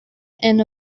and